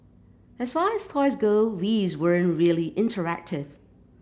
as far as toys go these weren't really interactive